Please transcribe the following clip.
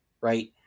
right